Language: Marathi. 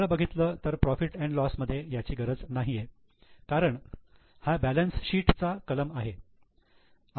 खरं बघाल तर profit and loss profit loss मध्ये याची गरज नाहीये कारण हा बॅलन्स शीट चा कलम आहे